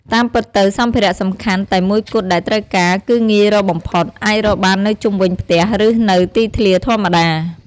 តាមពិតទៅ សម្ភារៈសំខាន់តែមួយគត់ដែលត្រូវការ គឺងាយរកបំផុត អាចរកបាននៅជុំវិញផ្ទះ ឬនៅទីធ្លាធម្មតា។